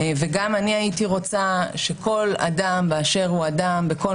וגם אני הייתי רוצה שכל אדם באשר הוא אדם בכל